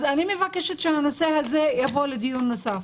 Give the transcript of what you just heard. אז אני מבקשת שהנושא הזה יבוא לדיון נוסף.